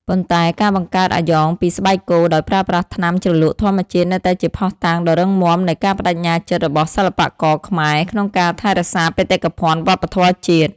ប៉ុន្តែការបង្កើតអាយ៉ងពីស្បែកគោដោយប្រើប្រាស់ថ្នាំជ្រលក់ធម្មជាតិនៅតែជាភស្តុតាងដ៏រឹងមាំនៃការប្តេជ្ញាចិត្តរបស់សិល្បករខ្មែរក្នុងការថែរក្សាបេតិកភណ្ឌវប្បធម៌ជាតិ។